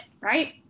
Right